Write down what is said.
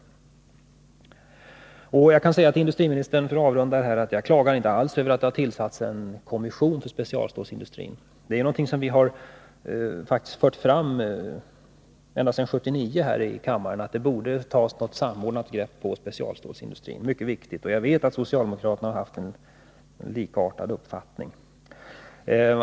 För att avrunda kan jag säga till industriministern att jag inte alls klagar över att det har tillsatts en kommission för specialstålsindustrin. Vi har faktiskt ända sedan 1979 fört fram här i kammaren att det borde tas ett samordnat grepp på specialstålsindustrin, därför att det är mycket viktigt. Jag vet att socialdemokraterna har haft en likartad uppfattning.